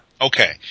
Okay